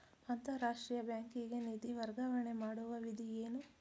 ಅಂತಾರಾಷ್ಟ್ರೀಯ ಬ್ಯಾಂಕಿಗೆ ನಿಧಿ ವರ್ಗಾವಣೆ ಮಾಡುವ ವಿಧಿ ಏನು?